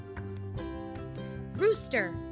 Rooster